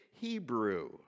Hebrew